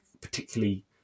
particularly